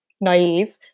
naive